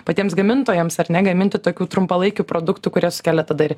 patiems gamintojams ar ne gaminti tokių trumpalaikių produktų kurie sukelia tada ir